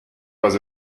was